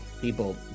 people